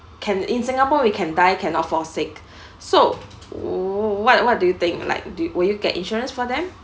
can in singapore we can die cannot forsake so w~ what what do you think like do will you get insurance for them